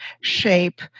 shape